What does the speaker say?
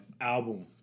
Album